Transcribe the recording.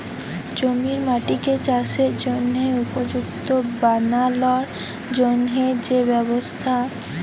জমির মাটিকে চাসের জনহে উপযুক্ত বানালর জন্হে যে ব্যবস্থা